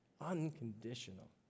Unconditional